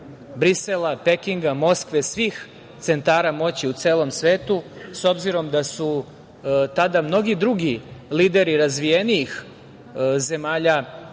Brisela, Pekinga, Moskve, svih centara moći u celom svetu s obzirom da su tada mnogi drugi lideri razvijenijih zemalja